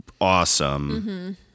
awesome